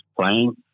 playing